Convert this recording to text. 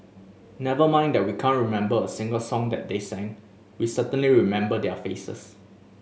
never mind that we can't remember a single song that they sang we certainly remember their faces